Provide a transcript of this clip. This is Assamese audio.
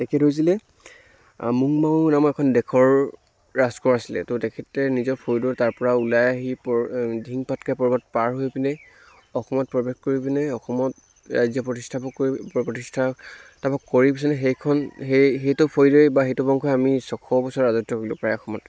তেখেত হৈছিলে মুংমাও নামৰ এখন দেশৰ ৰাজকোঁৱৰ আছিলে ত' তেখেতে নিজৰ ফৈদৰ তাৰ পৰা ওলাই আহি পৰ দিহিং পাটকাই পৰ্বত পাৰ হৈ পিনে অসমত প্ৰৱেশ কৰি পিনে অসমত ৰাজ্য় প্ৰতিষ্ঠাপক কৰি প প্ৰতিষ্ঠাপক কৰি পিছলৈ সেইখন সেই সেইটো ফৈদৰে বা সেইটো বংশয়েই আমি ছশবছৰ ৰাজত্ব কৰিলোঁ প্ৰায় অসমত